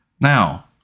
Now